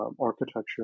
architecture